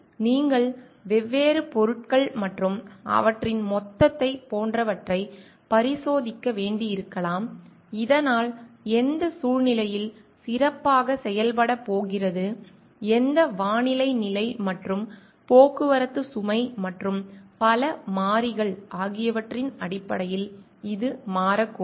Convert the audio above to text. எனவே நீங்கள் வெவ்வேறு பொருட்கள் மற்றும் அவற்றின் மொத்தத்தைப் போன்றவற்றைப் பரிசோதிக்க வேண்டியிருக்கலாம் இதனால் எந்த சூழ்நிலையில் சிறப்பாகச் செயல்படப் போகிறது எந்த வானிலை நிலை மற்றும் போக்குவரத்து சுமை மற்றும் பல மாறிகள் ஆகியவற்றின் அடிப்படையில் இது மாறக்கூடும்